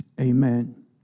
Amen